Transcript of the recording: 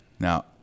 Now